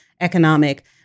economic